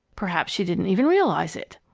perhaps she didn't even realize it.